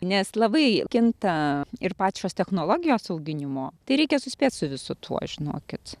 nes labai kinta ir pačios technologijos auginimo tai reikia suspėt su visu tuo žinokit